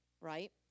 Right